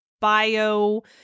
bio